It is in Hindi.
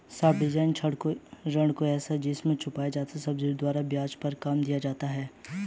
सब्सिडाइज्ड ऋण एक ऐसा ऋण है जिस पर छुपी हुई सब्सिडी के द्वारा ब्याज दर कम कर दिया जाता है